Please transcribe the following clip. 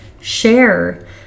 share